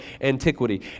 antiquity